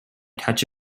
touch